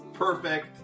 Perfect